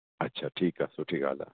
अच्छा ठीकु आहे सुठी ॻाल्हि आहे